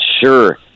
sure